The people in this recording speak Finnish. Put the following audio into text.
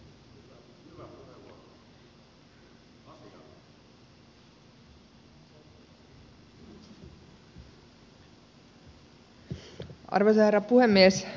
arvoisa herra puhemies